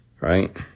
Right